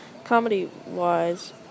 Comedy-wise